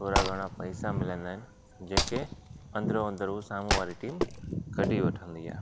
थोरा घणा पैसा मिलंदा आहिनि जेके अंदरियो अंदरु हू साम्हूं वारी टीम कढी वठंदी आहे